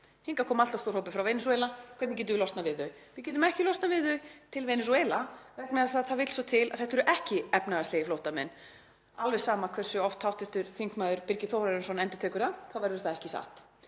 hingað komi allt of stór hópur frá Venesúela. Hvernig getum við losnað við þau? Við getum ekki losnað við þau til Venesúela vegna þess að það vill svo til að þetta eru ekki efnahagslegir flóttamenn, alveg sama hversu oft hv. þm. Birgir Þórarinsson endurtekur það þá verður það ekki satt.